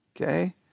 Okay